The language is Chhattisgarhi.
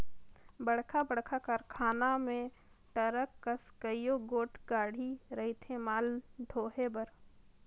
बड़खा बड़खा कारखाना मन में टरक कस कइयो गोट गाड़ी रहथें माल डोहे बर